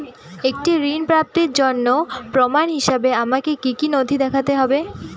একটি ঋণ প্রাপ্তির জন্য প্রমাণ হিসাবে আমাকে কী কী নথি দেখাতে হবে?